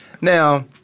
Now